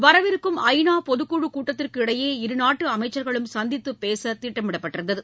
வரவிருக்கும் ஐநா பொதுக்குழுக் கூட்டத்திற்கிடையே இருநாட்டு அமைச்சர்களும் சந்தித்துப் பேச திட்டமிடப்பட்டிருந்தது